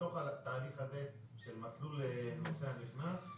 בתוך התהליך הזה של מסלול נוסע נכנס;